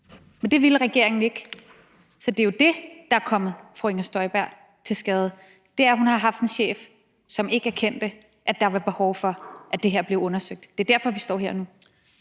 men det ville regeringen ikke. Så det er jo det, der er kommet fru Inger Støjberg til skade, altså at hun har haft en chef, som ikke erkendte, at der var behov for, at det her blev undersøgt. Det er derfor, vi står her nu.